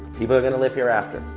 people are gonna live here after.